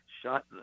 Shot